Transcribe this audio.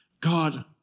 God